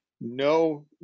no